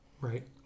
Right